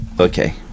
Okay